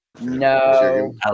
No